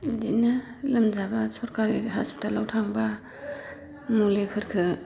बिदिनो लोमजाबा सोरखारि हस्पिटालआव थांबा मुलिफोरखो